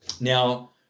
Now